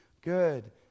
good